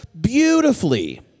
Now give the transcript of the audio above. beautifully